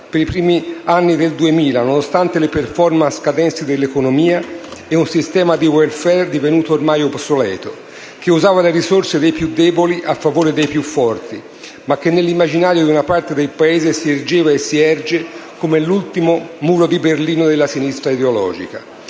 per i primi anni del 2000, nonostante le *performance* scadenti dell'economia e un sistema di *welfare* divenuto ormai obsoleto, che usava le risorse dei più deboli a favore dei più forti, ma che nell'immaginario di una parte del Paese si ergeva e si erge come l'ultimo muro di Berlino della sinistra ideologica.